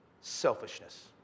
Selfishness